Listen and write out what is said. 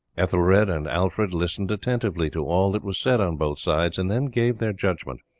ethelred and alfred listened attentively to all that was said on both sides, and then gave their judgment.